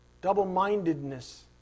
double-mindedness